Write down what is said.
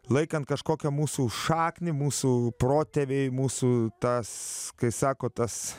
laikant kažkokią mūsų šaknį mūsų protėviai mūsų tas kai sako tas